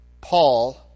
Paul